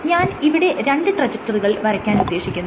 ഞാൻ ഇവിടെ രണ്ട് ട്രജക്ടറികൾ വരയ്ക്കാൻ ഉദ്ദേശിക്കുന്നു